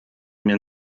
mir